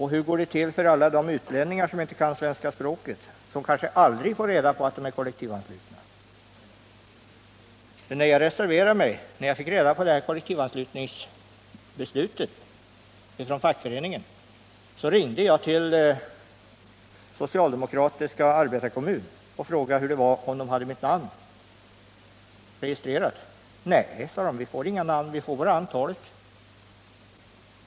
Hur går det till för alla utlänningar som inte kan svenska språket? De kanske aldrig får reda på att de är kollektivanslutna. När jag fick reda på det här kollektivanslutningsbeslutet från fackföreningen, ringde jag till socialdemokratiska arbetarekommunen och frågade om de hade mitt namn registrerat. Nej, blev svaret, vi får inga namn, vi får bara uppgift om antalet.